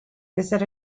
visit